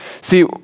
See